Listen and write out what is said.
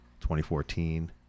2014